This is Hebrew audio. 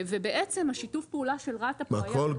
ובעצם השיתוף פעולה של רת"א פה היה --- מה,